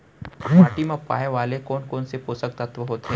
माटी मा पाए वाले कोन कोन से पोसक तत्व होथे?